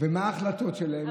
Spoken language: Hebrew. ומה ההחלטות שלהם?